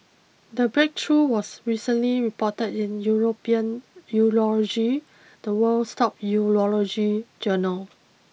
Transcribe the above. the breakthrough was recently reported in European Urology the world's top Urology journal